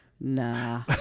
nah